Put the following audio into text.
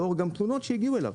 גם לאור תלונות שהגיעו אליו,